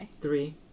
Three